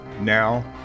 Now